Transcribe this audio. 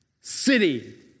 city